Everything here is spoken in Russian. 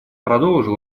продолжил